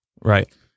right